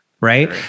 right